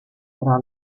tra